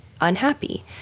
unhappy